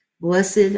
Blessed